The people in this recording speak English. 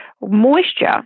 moisture